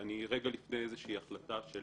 ואני רגע לפני איזושהי החלטה של